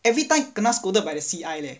everytime kena scolded by the C_I leh